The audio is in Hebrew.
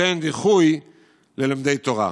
נותן דיחוי ללומדי תורה.